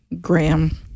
Graham